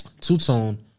Two-Tone